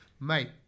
mate